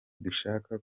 dushaka